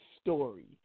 story